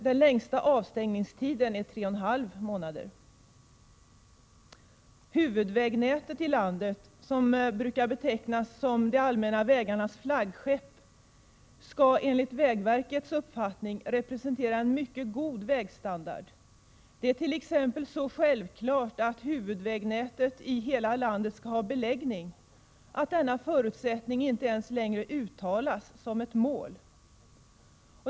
Den längsta avstängningstiden är tre och en halv månader. Huvudvägnätet i landet, som brukar betecknas som de allmänna vägarnas ”flaggskepp”, skall enligt vägverkets uppfattning representera en mycket god vägstandard. Det är t.ex. så självklart att huvudvägnätet i hela landet skall ha beläggning att denna förutsättning inte ens längre uttalas som ett mål.